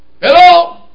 Hello